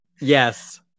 Yes